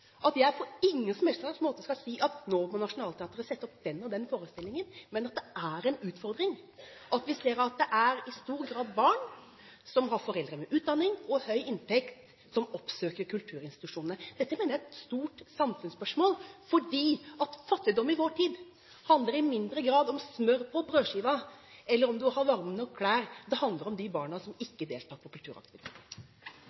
på noen som helst slags måte skal si at nå må Nationaltheateret sette opp den og den forestillingen, men det er en utfordring at det i stor grad er barn som har foreldre med utdanning og høy inntekt, som oppsøker kulturinstitusjonene. Dette mener jeg er et stort samfunnsspørsmål, fordi fattigdom i vår tid i mindre grad handler om smør på brødskiva eller om varme nok klær. Det handler om de barna som